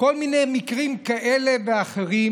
כל מיני מקרים כאלה ואחרים